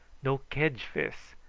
no kedge fis.